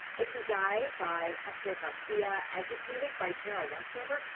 ikigai by hector garcia, educated by tara westover.